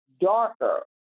darker